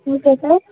okay sir